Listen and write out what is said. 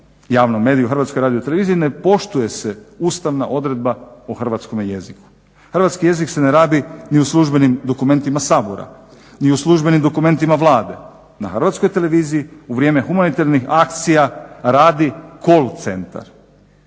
javnom mediju Hrvatskoj radioteleviziji ne poštuje se ustavna odredba o hrvatskom jeziku. Hrvatski jezik se ne rabi ni u službenim dokumentima Sabora, ni u službenim dokumentima Vlade. Na Hrvatskoj televiziji u vrijeme humanitarnih akcija radi call centar.